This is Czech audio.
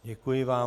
Děkuji vám.